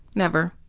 never.